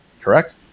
correct